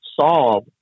solve